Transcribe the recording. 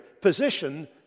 position